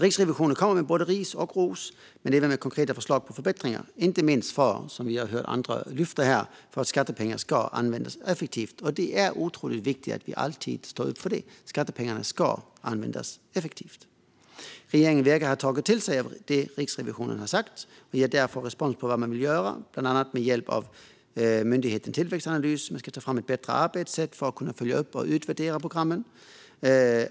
Riksrevisionen kommer alltså med både ris och ros, men även med konkreta förslag på förbättringar, inte minst för att skattepengar ska användas effektivt. Det är otroligt viktigt att vi alltid står upp för att skattepengarna ska användas effektivt. Regeringen verkar ha tagit till sig av det som Riksrevisionen har sagt och ger därför respons på vad man vill göra. Bland annat ska man med hjälp av myndigheten Tillväxtanalys ta fram ett bättre arbetssätt för att kunna följa upp och utvärdera programmen.